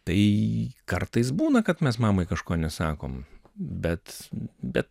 tai kartais būna kad mes mamai kažko nesakom bet bet